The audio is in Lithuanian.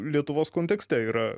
lietuvos kontekste yra